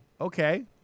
Okay